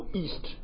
east